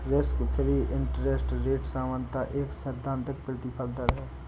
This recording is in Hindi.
रिस्क फ्री इंटरेस्ट रेट सामान्यतः एक सैद्धांतिक प्रतिफल दर है